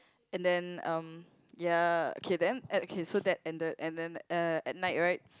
and then um ya okay then at okay so that ended and then uh at night right